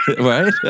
Right